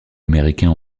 américains